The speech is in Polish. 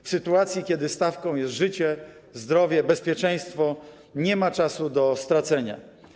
W sytuacji, kiedy stawką jest życie, zdrowie, bezpieczeństwo, nie ma czasu do stracenia.